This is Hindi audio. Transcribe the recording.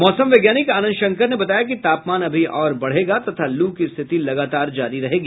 मौसम वैज्ञानिक आनंद शंकर ने बताया कि तापमान अभी और बढ़ेगा तथा लू की स्थिति लगातार जारी रहेगी